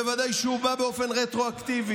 בוודאי כשהוא בא באופן רטרואקטיבי.